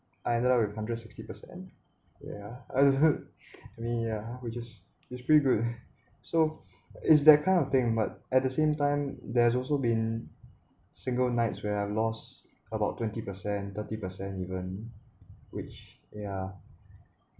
either with hundred sixty percent yeah I mean yeah which is which pretty good so it's that kind of thing but at the same time there's also been single nights where I lost about twenty percent thirty percent even which yeah